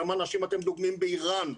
כמה אנשים הם דוגמים באירן,